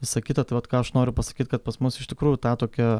visa kita tai vat ką aš noriu pasakyt kad pas mus iš tikrųjų ta tokia